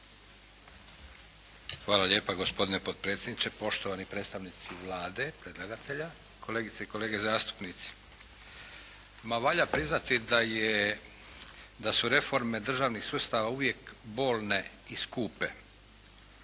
Hvala lijepo gospodine potpredsjedniče, poštovani predstavnici vlade predlagatelja, kolegice i kolege zastupnici. Ma valja priznati da je, da su reforme državnih sustava uvijek bolne i skupe.